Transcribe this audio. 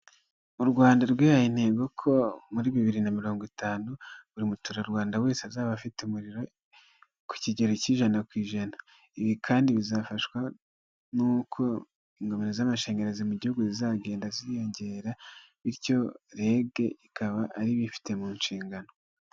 U Rwanda rwihaye intego ko muri bibiri na mirongo itanu buri muturarwanda wese azaba afite umuriro ku kigero cy'ijana ku ijana, ibi kandi bizafashwa nuko ingomero z'amashanyarazi mu gihugu zizagenda ziyongera bityo REG ikaba ariyo ibifite mu nshingano.